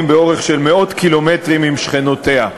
באורך של מאות קילומטרים עם שכנותיה.